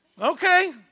Okay